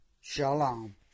Shalom